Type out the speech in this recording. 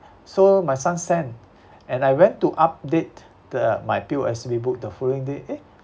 so my son send and I went to update the my P_O_S_B book the following day eh